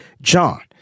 John